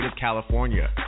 California